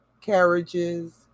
carriages